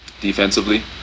defensively